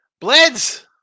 Bleds